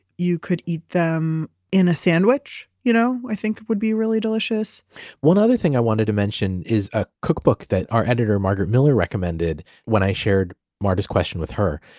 you could eat them in a sandwich, you know i think would be really delicious one other thing i wanted to mention is a cookbook that our editor, margaret miller recommended when i shared marta's question with her.